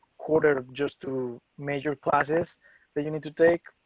quarter just two major classes that you need to take.